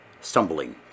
stumbling